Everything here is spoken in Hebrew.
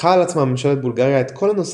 לקחה על עצמה ממשלת בולגריה את כל הנושא